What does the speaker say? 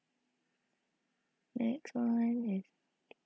next one is